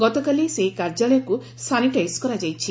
ଗତକାଲି ସେହି କାର୍ଯ୍ୟାଳୟକୁ ସାନିଟାଇଜ୍ କରାଯାଇଛି